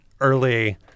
early